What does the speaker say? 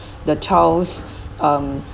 the child's um